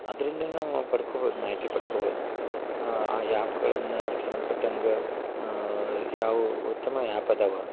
ಅದರಿಂದನೂ ಪಡ್ಕೊಬೋದು ಮಾಹಿತಿ ಪಡ್ಕೊಬೋದು ಆ ಆ್ಯಪ್ಗಳನ್ನ ಅದಕ್ಕೆ ಸಂಬಂಧ್ಪಟ್ಟಂಗ ಯಾವು ಉತ್ತಮ ಆ್ಯಪ್ ಅದಾವ